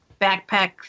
backpack